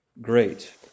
Great